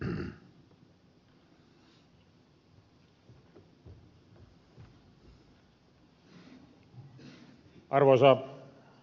arvoisa herra puhemies